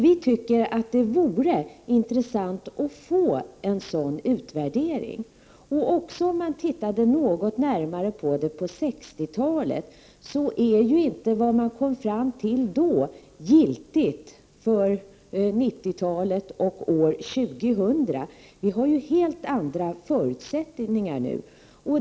Vi tycker att det vore intressant att få en sådan utvärdering. Även om man tittade något närmare på ett studielönesystem på 60-talet, är inte det man kom fram till då giltigt för 90-talet och år 2000. Vi har helt andra förutsättningar nu.